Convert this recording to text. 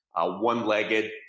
One-legged